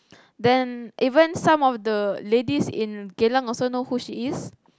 then even some of the ladies at Geylang also know who she is